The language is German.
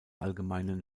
allgemeinen